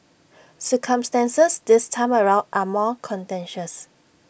circumstances this time around are more contentious